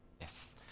Yes